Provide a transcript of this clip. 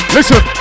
Listen